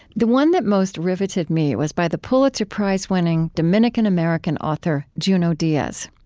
the one that most riveted me was by the pulitzer prize-winning, dominican-american author, junot diaz.